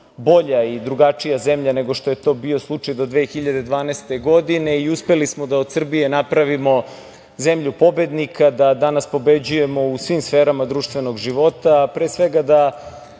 bolja i drugačija zemlja nego što je to bio slučaj do 2012. godine i uspeli smo da od Srbije napravimo zemlju pobednika, da danas pobeđujemo u svim sferama društvenog života, a pre svega da